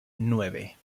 nueve